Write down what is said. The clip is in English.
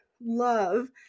love